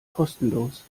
kostenlos